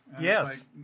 Yes